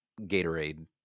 Gatorade